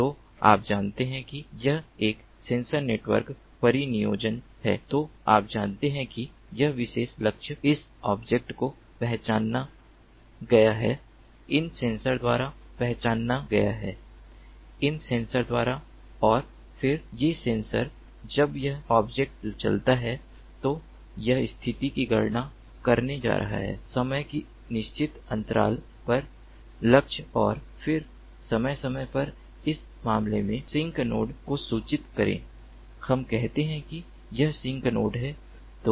तो आप जानते हैं कि यह एक सेंसर नेटवर्क परिनियोजन है तो आप जानते हैं कि यह विशेष लक्ष्य इस ऑब्जेक्ट को पहचाना गया है इन सेंसर द्वारा पहचाना गया है इन सेंसर द्वारा और फिर ये सेंसर जब यह ऑब्जेक्ट चलता है तो यह स्थिति की गणना करने जा रहा है समय के निश्चित अंतराल पर लक्ष्य और फिर समय समय पर इस मामले में सिंक नोड को सूचित करें हम कहते हैं कि यह सिंक नोड है